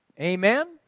Amen